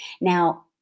Now